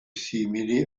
simili